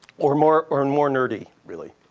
or more or and more nerdy, really.